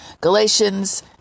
Galatians